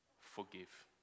forgive